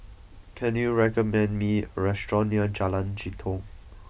can you recommend me a restaurant near Jalan Jitong